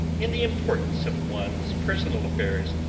in the importance of one's personal affairs